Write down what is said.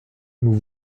nous